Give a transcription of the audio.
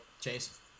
Chase